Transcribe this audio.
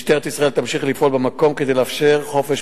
משטרת ישראל תמשיך לפעול במקום כדי לאפשר חופש